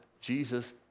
jesus